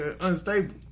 unstable